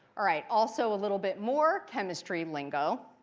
all right, also a little bit more chemistry lingo.